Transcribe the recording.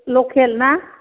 लकेल ना